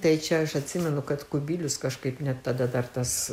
nu tai čia aš atsimenu kad kubilius kažkaip net tada dar tas